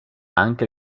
anche